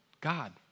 God